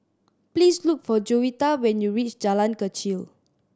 please look for Jovita when you reach Jalan Kechil